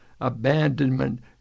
abandonment